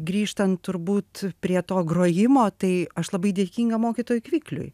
grįžtant turbūt prie to grojimo tai aš labai dėkinga mokytojui kvykliui